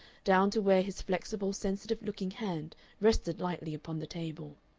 down to where his flexible, sensitive-looking hand rested lightly upon the table.